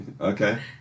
Okay